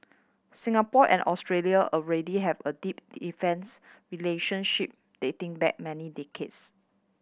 Singapore and Australia already have a deep defence relationship dating back many decades